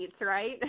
right